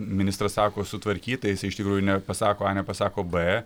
ministras sako sutvarkyt tai jisai iš tikrųjų nepasako a nepasako b